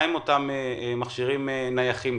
מה עם המכשירים הנייחים?